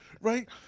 right